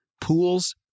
pools